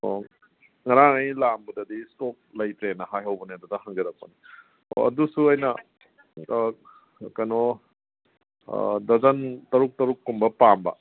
ꯑꯣ ꯉꯔꯥꯡ ꯑꯩ ꯂꯥꯛꯂꯝꯕꯗꯗꯤ ꯏꯁꯇꯣꯛ ꯂꯩꯇ꯭ꯔꯦꯅ ꯍꯥꯏꯍꯧꯕꯅꯦ ꯑꯗꯨꯗ ꯍꯪꯖꯔꯛꯄꯅꯦ ꯑꯣ ꯑꯗꯨꯁꯨ ꯑꯩꯅ ꯀꯩꯅꯣ ꯗꯖꯟ ꯇꯔꯨꯛ ꯇꯔꯨꯛ ꯀꯨꯝꯕ ꯄꯥꯝꯕ